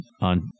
on